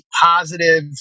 positive